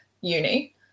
uni